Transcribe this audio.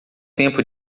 tempo